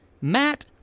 Matt